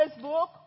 Facebook